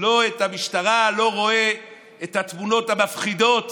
את המשטרה ואני לא רואה את התמונות המפחידות